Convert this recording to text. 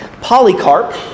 Polycarp